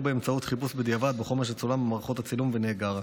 או באמצעות חיפוש בדיעבד בחומר שצולם במערכות הצילום ונאגר.